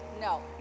No